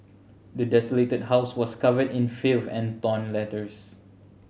the desolated house was covered in filth and torn letters